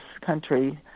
country